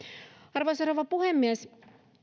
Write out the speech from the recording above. arvoisa rouva puhemies